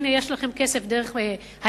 הנה יש לכם כסף דרך ההיטל,